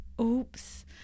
oops